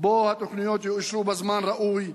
שבו התוכניות יאושרו בזמן ראוי.